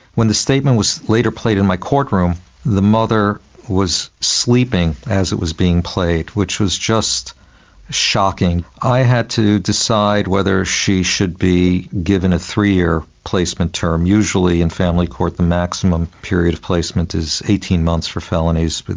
when the statement was later played in my courtroom the mother was sleeping as it was being played, which was just shocking. shocking. i had to decide whether she should be given a three-year placement term. usually in family court the maximum period of placement is eighteen months for felonies, but